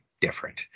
different